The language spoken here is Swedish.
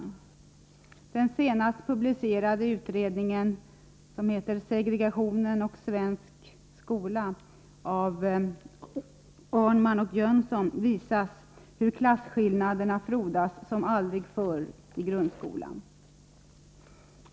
I den senast publicerade utredningen, som heter Segregation och svensk skola av Arnman och Jönsson, visas hur klasskillnaderna frodas som aldrig förr i grundskolan.